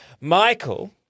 Michael